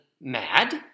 mad